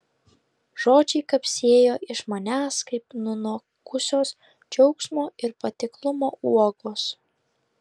žodžiai kapsėjo iš manęs kaip nunokusios džiaugsmo ir patiklumo uogos